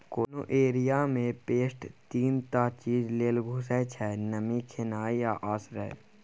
कोनो एरिया मे पेस्ट तीन टा चीज लेल घुसय छै नमी, खेनाइ आ आश्रय